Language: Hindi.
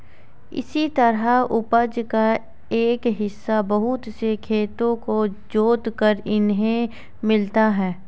इसी तरह उपज का एक हिस्सा बहुत से खेतों को जोतकर इन्हें मिलता है